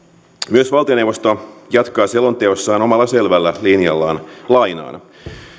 myös valtioneuvosto jatkaa selonteossaan omalla selvällä linjallaan lainaan